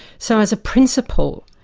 so as a principle,